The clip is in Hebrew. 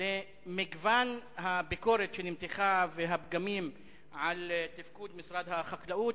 למגוון הביקורת שנמתחה על הפגמים ועל התפקוד במשרד החקלאות.